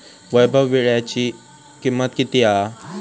वैभव वीळ्याची किंमत किती हा?